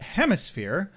hemisphere